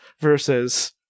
versus